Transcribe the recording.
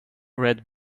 red